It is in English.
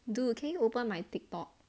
dude can you open my TikTok